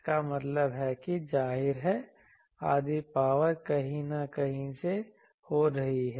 इसका मतलब है कि जाहिर है आधी पावर कहीं न कहीं से हो रही है